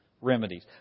remedies